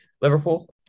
Liverpool